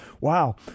wow